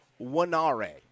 Wanare